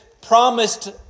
promised